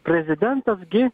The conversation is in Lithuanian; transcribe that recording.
prezidentas gi